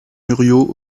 muriot